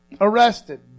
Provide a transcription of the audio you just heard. arrested